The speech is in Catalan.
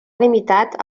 limitat